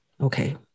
okay